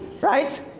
right